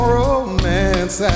romance